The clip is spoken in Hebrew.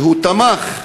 שתמך,